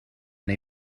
neu